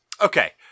Okay